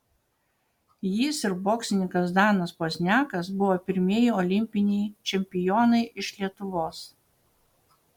jis ir boksininkas danas pozniakas buvo pirmieji olimpiniai čempionai iš lietuvos